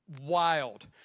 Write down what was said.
wild